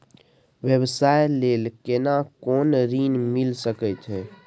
व्यवसाय ले केना कोन ऋन मिल सके छै?